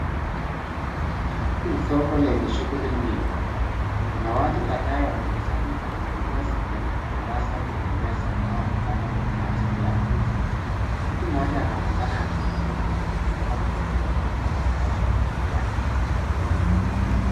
Hili ni soko lenye shughuli nyingi, kuna watu kadhaa wamekusanyika, na nguo zimetandazwa, kwenye meza, au vibanda kwa ajili ya kuuza. Mtu mmoja anaonekana akichagua nguo, kutoka kwenye rundo lililotandazwa mbele yake.